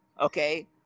Okay